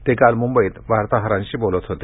ते काल मुंबईत वार्ताहरांशी बोलत होते